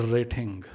Rating